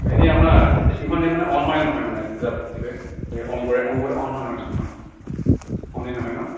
এনে আপোনাৰ স্কীনখন এই মানে অন হয় নে নহয় মানে যেতিয়া অন কৰে অন কৰোঁতে অন হয়নে নহয় স্কীণখন অনেই নহয় ন